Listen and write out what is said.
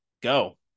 go